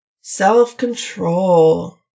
Self-control